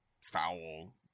foul